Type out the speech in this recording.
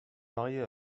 mariée